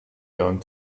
going